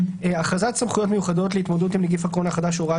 הכרזת סמכויות מיוחדות להתמודדות עם נגיף הקורונה החדש (הוראת